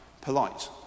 polite